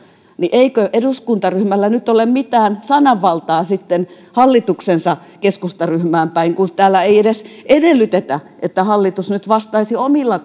eikö eduskuntaryhmällä nyt ole mitään sananvaltaa hallituksensa keskustaryhmään päin kun täällä ei edes edellytetä että hallitus nyt vastaisi omilla